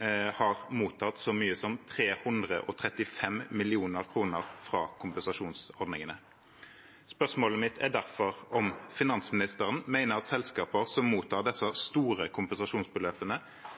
har mottatt så mye som 335 mill. kr fra kompensasjonsordningene. Spørsmålet mitt er derfor om finansministeren mener at selskaper som mottar disse store kompensasjonsbeløpene,